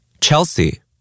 Chelsea